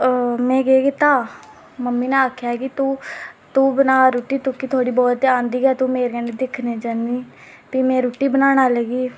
ओह् में कीता मम्मी नै आखेआ कि तू बनाऽ रुट्टी तुगी ते थोह्ड़ी बहुत औंदी गै तू मेरे कन्नै दिक्खनै गी जन्नी भी में रुट्टी बनाना लगी